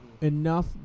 Enough